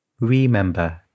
Remember